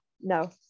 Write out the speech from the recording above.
no